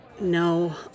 No